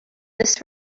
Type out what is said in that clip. this